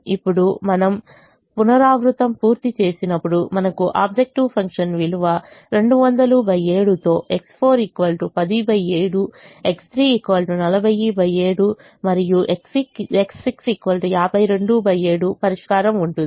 ఇప్పుడు మనము పునరావృతం పూర్తి చేసినప్పుడు మనకు ఆబ్జెక్టివ్ ఫంక్షన్ విలువ 2007 తో X4 107 X3 407 మరియు X6 527 పరిష్కారం ఉంటుంది